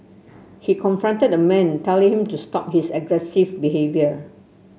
he confronted the man telling him to stop his aggressive behaviour